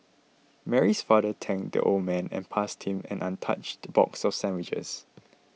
Mary's father thanked the old man and passed him an untouched box of sandwiches